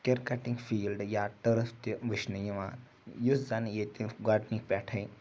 کِرکَٹٕکۍ فیٖلڈٕ یا ٹٕرٕف تہِ وٕچھنہٕ یِوان یُس زَنہٕ ییٚتہِ گۄڈنِکۍ پٮ۪ٹھَے